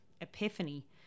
epiphany